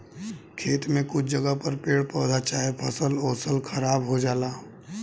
खेत में कुछ जगह पर पेड़ पौधा चाहे फसल ओसल खराब हो जाला